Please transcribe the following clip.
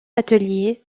atelier